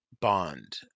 bond